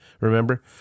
remember